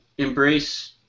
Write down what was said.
Embrace